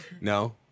No